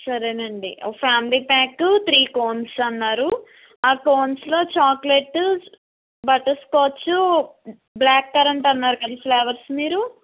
సరేనండి ఒక family pack three cones అన్నారు ఆ కోన్స్లో చాక్లెట్టు బటర్స్కాచ్ బ్లాక్ కరెంట్ అన్నారు కదా ఫ్లేవర్స్ మీరు